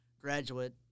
graduate